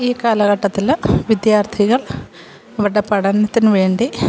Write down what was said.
ഈ കാലഘട്ടത്തിൽ വിദ്യാർത്ഥികൾ അവരുടെ പഠനത്തിനുവേണ്ടി